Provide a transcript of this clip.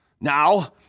Now